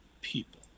people